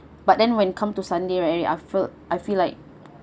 but then when come to sunday right I feel I feel like